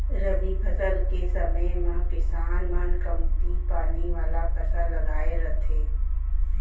रबी फसल के समे म किसान मन कमती पानी वाला फसल लगाए रथें